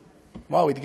וואו, התגעגעתי.